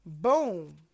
Boom